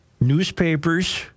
Newspapers